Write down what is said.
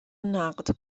نقد